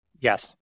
Yes